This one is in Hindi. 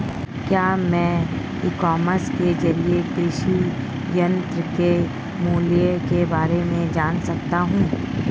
क्या मैं ई कॉमर्स के ज़रिए कृषि यंत्र के मूल्य में बारे में जान सकता हूँ?